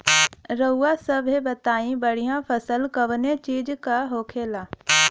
रउआ सभे बताई बढ़ियां फसल कवने चीज़क होखेला?